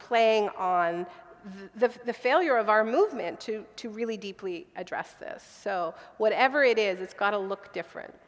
playing on the failure of our movement to to really deeply address this so whatever it is it's got a looked different